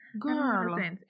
girl